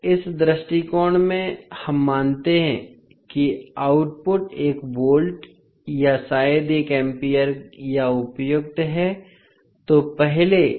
इस दृष्टिकोण में हम मानते हैं कि आउटपुट एक वोल्ट या शायद एक एम्पीयर या उपयुक्त है